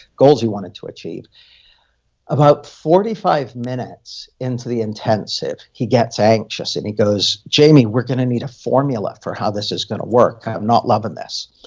goals he wanted to achieve about forty five minutes into the intensive, he gets anxious. and he goes, jaime, we're going to need a formula for how this is going to work. i am not loving this.